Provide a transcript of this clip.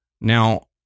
Now